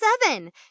Seven